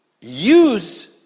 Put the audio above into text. use